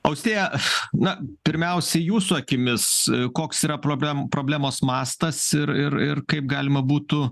austėja aš na pirmiausia jūsų akimis koks yra problem problemos mastas ir ir ir kaip galima būtų